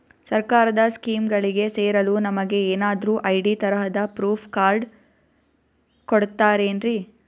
ಸರ್ಕಾರದ ಸ್ಕೀಮ್ಗಳಿಗೆ ಸೇರಲು ನಮಗೆ ಏನಾದ್ರು ಐ.ಡಿ ತರಹದ ಪ್ರೂಫ್ ಕಾರ್ಡ್ ಕೊಡುತ್ತಾರೆನ್ರಿ?